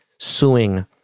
Suing